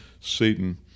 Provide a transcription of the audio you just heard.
satan